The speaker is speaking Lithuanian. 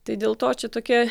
tai dėl to čia tokia